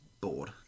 bored